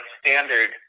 standard